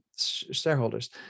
shareholders